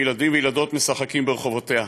וילדים וילדות משחקים ברחובותיה.